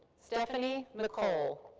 stephanie mccole.